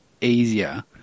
easier